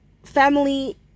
Family